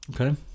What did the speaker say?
Okay